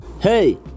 Hey